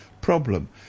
problem